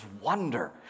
wonder